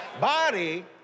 body